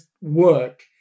work